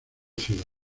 ciudad